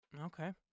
Okay